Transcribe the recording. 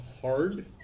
hard